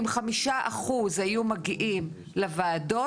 אם חמישה אחוז היו מגיעים לוועדות,